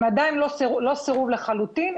הם עדיין לא סירוב לחלוטין.